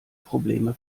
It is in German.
probleme